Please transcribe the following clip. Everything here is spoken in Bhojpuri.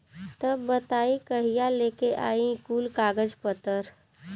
तब बताई कहिया लेके आई कुल कागज पतर?